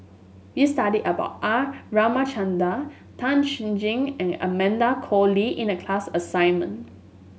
we studied about R Ramachandran Tan Chen Jin and Amanda Koe Lee in the class assignment